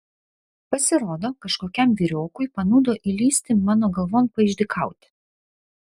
pasirodo kažkokiam vyriokui panūdo įlįsti mano galvon paišdykauti